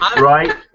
Right